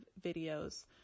videos